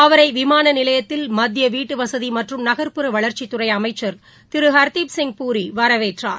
அவரைவிமானநிலையத்தில் மத்தியவீட்டுவசதிமற்றும் நகர்புற வளர்ச்சித்துறைஅமைச்சர் திருஹர்தீப் சிங் பூரிவரவேற்றார்